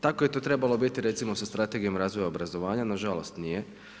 Tako je to trebalo biti recimo sa strategijom razvoja obrazovanja, nažalost nije.